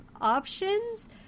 options